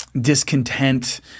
discontent